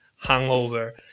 hangover